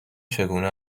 چگونه